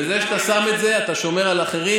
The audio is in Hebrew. בזה שאתה שם את זה אתה שומר על אחרים,